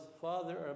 father